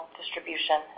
distribution